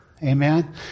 Amen